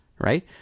right